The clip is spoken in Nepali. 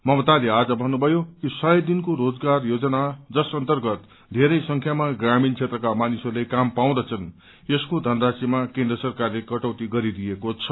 ममताले आज भन्नुभयो कि सय दिनको रोजगारि योजना यस अन्तर्गत धेरै संख्यामा ग्रामीण क्षेत्रका मानिसहस्ले काम पाउँदछन् यसको धनराशिमा केन्द्र सरकारले कटौती गरिदिएको छ